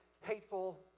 hateful